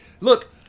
Look